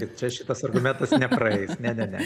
taip čia šitas argumentas nepraeis ne ne ne